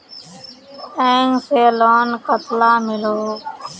Bank से loan कतला मिलोहो?